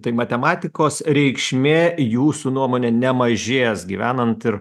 tai matematikos reikšmė jūsų nuomone nemažės gyvenant ir